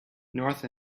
north